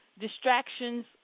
distractions